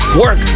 Work